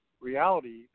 reality